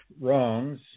wrongs